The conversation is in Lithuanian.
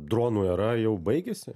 dronų era jau baigėsi